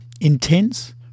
Intense